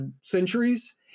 Centuries